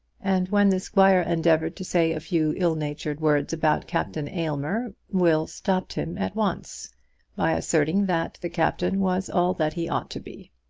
and when the squire endeavoured to say a few ill-natured words about captain aylmer, will stopped him at once by asserting that the captain was all that he ought to be.